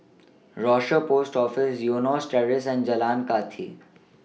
Rochor Post Office Eunos Terrace and Jalan Kathi